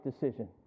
decision